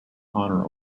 honour